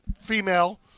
Female